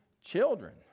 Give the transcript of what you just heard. children